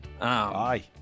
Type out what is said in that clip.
aye